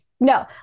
no